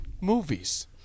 movies